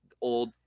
old